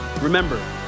Remember